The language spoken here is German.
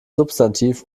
substantiv